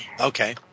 Okay